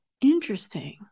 Interesting